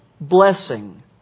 blessing